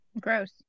gross